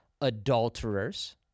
adulterers